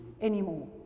anymore